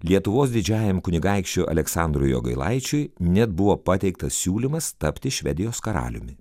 lietuvos didžiajam kunigaikščiui aleksandrui jogailaičiui net buvo pateiktas siūlymas tapti švedijos karaliumi